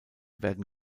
werden